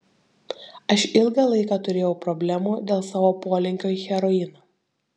aš ilgą laiką turėjau problemų dėl savo polinkio į heroiną